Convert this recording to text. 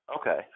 Okay